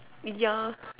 ya